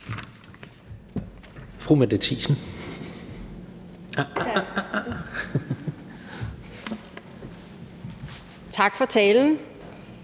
Tak for talen.